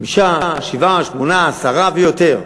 חמישה, שבעה, שמונה, עשרה ויותר.